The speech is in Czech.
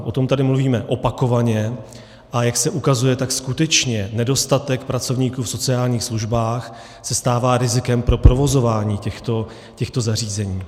O tom tady mluvíme opakovaně, a jak se ukazuje, tak skutečně nedostatek pracovníků v sociálních službách se stává rizikem pro provozování těchto zařízení.